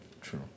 True